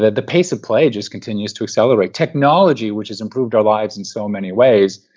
the pace of play just continues to accelerate. technology, which has improved our lives in so many ways,